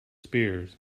spears